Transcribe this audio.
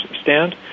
stand